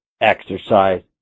exercise